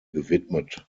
gewidmet